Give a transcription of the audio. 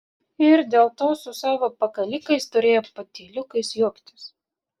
ir dėl to su savo pakalikais turėjo patyliukais juoktis